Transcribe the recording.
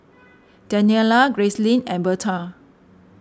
Daniella Gracelyn and Berta